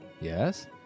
Yes